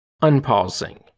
Unpausing